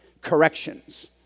corrections